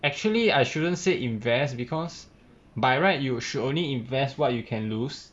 actually I shouldn't say invest because by right you should only invest what you can lose